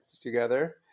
together